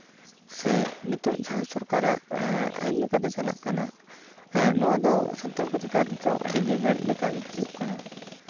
ᱥᱮ ᱱᱤᱛᱚᱜ ᱡᱟᱦᱟᱸ ᱥᱚᱨᱠᱟᱨᱟᱜ ᱟᱭᱤᱱ ᱞᱮᱠᱟᱛᱮ ᱪᱟᱞᱟᱜ ᱠᱟᱱᱟ ᱱᱚᱣᱟ ᱫᱚ ᱥᱟᱱᱛᱟᱲ ᱠᱚ ᱪᱮᱛᱟᱱ ᱨᱮᱫᱚ ᱟᱹᱰᱤ ᱵᱮ ᱵᱟᱹᱲᱤᱡ ᱞᱮᱠᱟᱜᱮ ᱦᱳᱭᱳᱜ ᱠᱟᱱᱟ